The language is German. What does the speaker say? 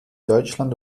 deutschland